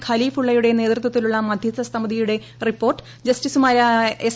ഖലീഫുള്ളയുടെ നേതൃത്വത്തിലുള്ള മധ്യസ്ഥ സമിതിയുടെ റിപ്പോർട്ട് ജസ്റ്റിസുമാരായ എസ്